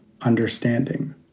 understanding